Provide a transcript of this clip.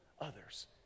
others